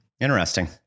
Interesting